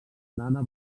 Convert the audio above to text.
nana